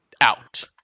out